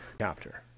chapter